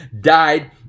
died